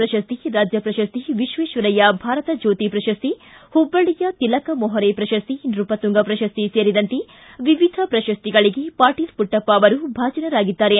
ಪ್ರಶಸ್ತಿ ರಾಜ್ಯ ಪ್ರಶಸ್ತಿ ವಿಶ್ವೇಶ್ವರಯ್ಯ ಭಾರತ ಜ್ಯೋತಿ ಪ್ರಶಸ್ತಿ ಹುಬ್ಬಳ್ಳಿಯ ತಿಲಕ್ ಮೊಹರೆ ಪ್ರಶಸ್ತಿ ನೃಪತುಂಗ ಪ್ರಶಸ್ತಿ ಸೇರಿದಂತೆ ವಿವಿಧ ಪ್ರಶಸ್ತಿಗಳಿಗೆ ಪಾಟೀಲ್ ಮಟ್ಟಪ್ಪ ಅವರು ಭಾಜನರಾಗಿದ್ದಾರೆ